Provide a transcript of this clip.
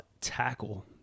tackle